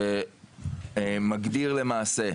שמגדיר למעשה,